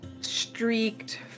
streaked